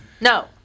No